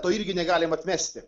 to irgi negalim atmesti